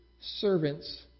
servants